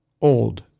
old